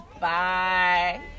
Bye